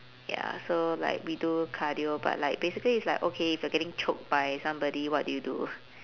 ya so like we do cardio but like basically it's like okay if you're getting choked by somebody what do you do